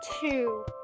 two